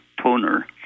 toner